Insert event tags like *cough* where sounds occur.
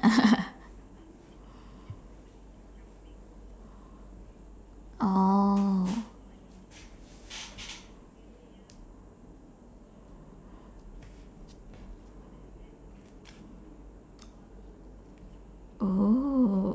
*laughs* oh oh